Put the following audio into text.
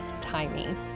timing